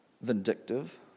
vindictive